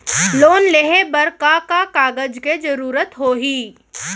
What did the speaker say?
Loan लेहे बर का का कागज के जरूरत होही?